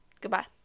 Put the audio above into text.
Goodbye